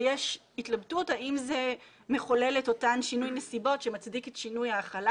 ויש התלבטות אם זה מחולל את אותו שינוי נסיבות שמצדיק את שינוי ההחלה.